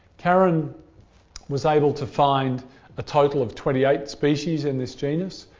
karen was able to find a total of twenty eight species in this genus.